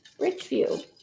richview